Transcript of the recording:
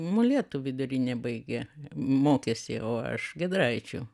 molėtų vidurinę baigė mokėsi o aš giedraičių